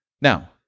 Now